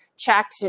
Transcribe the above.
checked